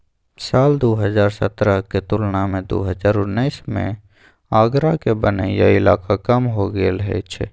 साल दु हजार सतरहक तुलना मे दु हजार उन्नैस मे आगराक बनैया इलाका कम हो गेल छै